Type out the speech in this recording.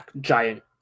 giant